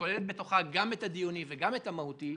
שכוללת בתוכה גם את הדיוני וגם את המהותי,